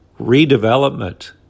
redevelopment